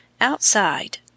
Outside